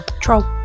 Troll